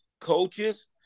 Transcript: coaches